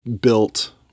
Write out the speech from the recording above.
built